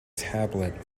tablet